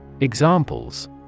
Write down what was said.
Examples